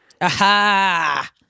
Aha